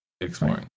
exploring